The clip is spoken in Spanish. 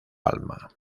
palma